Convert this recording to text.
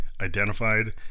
identified